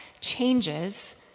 changes